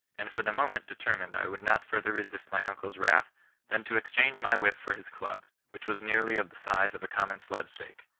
and for the moment determined i would not further resist my uncle's wrath than to ex change my whip for his club, which was nearly of the size of a common sled stake.